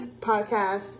podcast